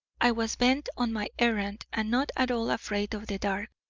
i was bent on my errand and not at all afraid of the dark.